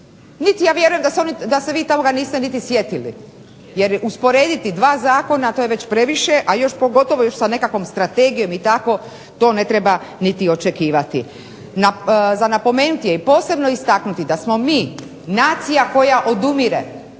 niti ja vjerujem da se vi toga niste niti sjetili. Jer usporediti dva zakona to je već previše, a još pogotovo sa nekakvom strategijom i tako to ne treba niti očekivati. Za napomenuti je i posebno istaknuti da smo mi nacija koja odumire